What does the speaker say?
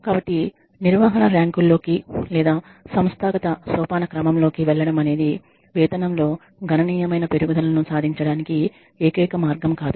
కాబట్టి నిర్వహణ ర్యాంకుల్లోకి లేదా సంస్థాగత సోపానక్రమంలోకి వెళ్లడం అనేది వేతనంలో గణనీయమైన పెరుగుదలను సాధించడానికి ఏకైక మార్గం కాదు